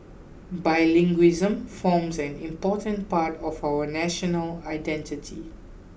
bilingualism forms an important part of our national identity